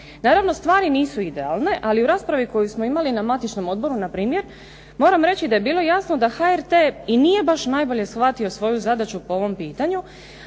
Naravno stvari nisu idealne, ali u raspravi koju smo imali na matičnom odboru na primjer moram reći da je bilo jasno da HRT i nije baš najbolje shvatio svoju zadaću po ovom pitanju,